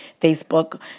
Facebook